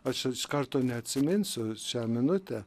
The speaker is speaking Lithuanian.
aš iš karto neatsiminsiu šią minutę